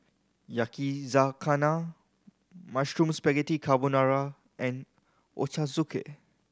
Yakizakana Mushroom Spaghetti Carbonara and Ochazuke